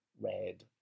red